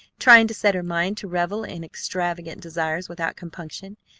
trying to set her mind to revel in extravagant desires without compunction.